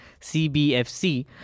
CBFC